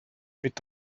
mit